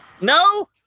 No